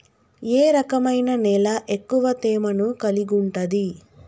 ఏ రకమైన నేల ఎక్కువ తేమను కలిగుంటది?